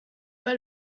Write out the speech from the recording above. pas